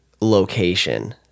location